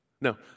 No